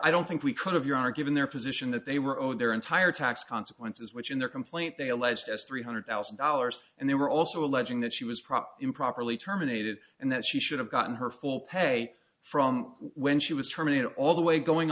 i don't think we kind of you are given their position that they were on their entire tax consequences which in their complaint they alleged as three hundred thousand dollars and they were also alleging that she was propped improperly terminated and that she should have gotten her full pay from when she was terminated all the way going